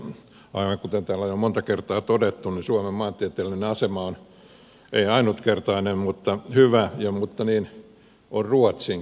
aivan kuten täällä on jo monta kertaa todettu suomen maantieteellinen asema on hyvä ei ainutkertainen mutta niin on ruotsinkin